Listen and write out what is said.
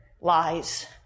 lies